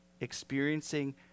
experiencing